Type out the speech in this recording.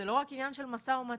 זה לא רק עניין של משא ומתן.